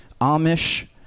Amish